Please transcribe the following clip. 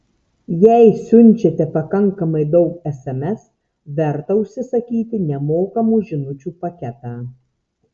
jei siunčiate pakankamai daug sms verta užsisakyti nemokamų žinučių paketą